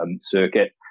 circuit